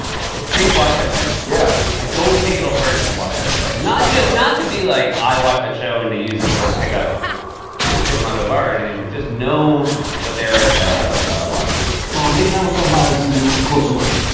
think watch that show. yeah. i don't think it'll hurt to watch that show. not just not to be like, i watch that show and to use it to, like, pick up pick them up in a bar or anything, but just know what they're watching. so on late night with seth meyers you do a closer look.